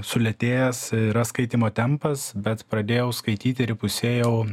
sulėtėjęs yra skaitymo tempas bet pradėjau skaityti ir įpusėjau